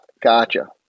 gotcha